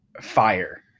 fire